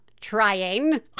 trying